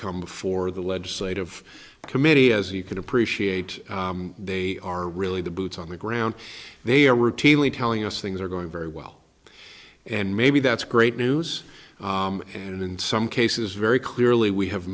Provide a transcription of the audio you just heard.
come before the legislative committee as you can appreciate they are really the boots on the ground they are routinely telling us things are going very well and maybe that's great news and in some cases very clearly we have